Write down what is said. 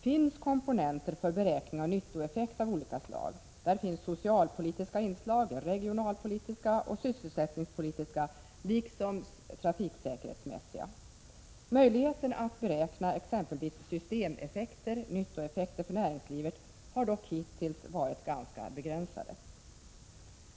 finns komponenter för beräkning av nyttoeffekt av olika slag. Där finns socialpolitiska inslag, regionalpolitiska och sysselsättningspolitiska liksom trafiksäkerhetsmässiga. Möjligheten att beräkna exempelvis systemeffekter, nyttoeffekter för näringslivet har dock hittills varit ganska begränsade.